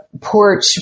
porch